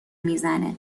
میزنه